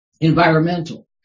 Environmental